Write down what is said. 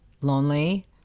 lonely